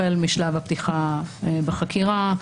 החל משלב הפתיחה בחקירה,